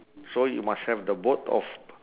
so you must have the both of